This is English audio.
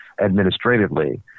administratively